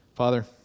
Father